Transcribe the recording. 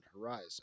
horizon